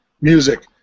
music